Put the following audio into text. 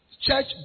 Church